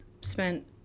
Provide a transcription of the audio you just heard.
spent